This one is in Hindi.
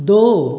दो